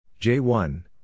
J1